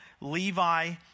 Levi